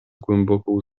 głęboką